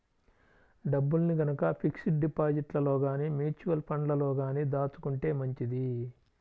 డబ్బుల్ని గనక ఫిక్స్డ్ డిపాజిట్లలో గానీ, మ్యూచువల్ ఫండ్లలో గానీ దాచుకుంటే మంచిది